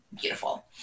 beautiful